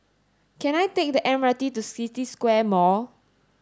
can I take the M R T to City Square Mall